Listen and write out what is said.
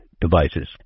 devices